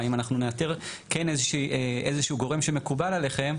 אם אנחנו נאתר כן איזשהו גורם שמקובל עליכם,